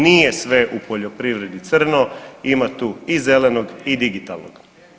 Nije sve u poljoprivredi crno, ima tu i zelenog i digitalnog.